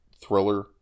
thriller